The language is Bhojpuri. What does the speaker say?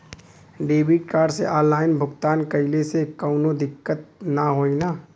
डेबिट कार्ड से ऑनलाइन भुगतान कइले से काउनो दिक्कत ना होई न?